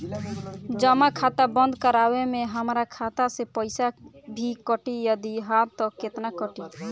जमा खाता बंद करवावे मे हमरा खाता से पईसा भी कटी यदि हा त केतना कटी?